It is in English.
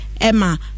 Emma